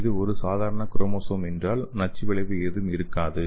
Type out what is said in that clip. இது ஒரு சாதாரண குரோமோசோம் என்றால் நச்சு விளைவு எதுவும் இருக்காது